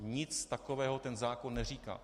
Nic takového zákon neříká.